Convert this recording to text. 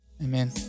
Amen